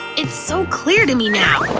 it's so clear to me now!